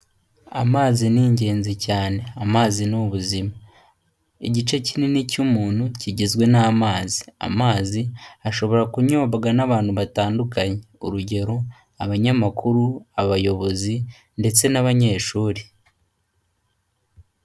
Amazi ni ingenzi cyane, amazi ni ubuzima, igice kinini cy'umuntu kigizwe n'amazi, amazi ashobora kunyobwa n'abantu batandukanye urugero abanyamakuru, abayobozi ndetse n'abanyeshuri.